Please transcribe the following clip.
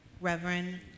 Reverend